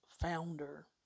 founder